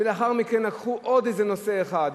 ולאחר מכן לקחו עוד איזה נושא אחד,